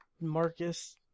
Marcus